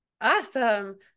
Awesome